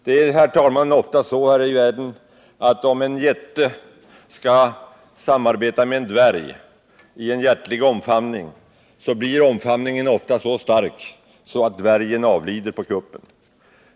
Det är, herr talman, ofta så här i världen att om en jätte skall samarbeta med en dvärg i en hjärtlig omfamning, blir omfamningen ofta så stark att dvärgen avlider på kuppen.